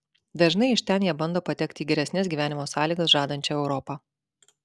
dažnai iš ten jie bando patekti į geresnes gyvenimo sąlygas žadančią europą